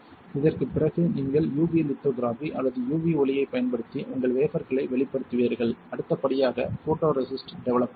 இதற்குப் பிறகு நீங்கள் UV லித்தோகிராபி அல்லது UV ஒளியைப் பயன்படுத்தி உங்கள் வேபர்களை வெளிப்படுத்துவீர்கள் அடுத்த படியாக போட்டோரெசிஸ்ட் டெவலப்பர் இருக்கும்